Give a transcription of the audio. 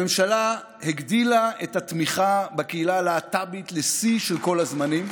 הממשלה הגדילה את התמיכה בקהילה הלהט"בית לשיא של כל הזמנים,